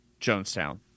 Jonestown